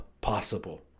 possible